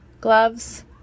gloves